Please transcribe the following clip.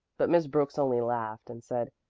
but miss brooks only laughed and said,